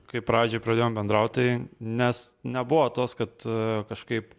kaip pradžiai pradėjom bendraut tai nes nebuvo tos kad kažkaip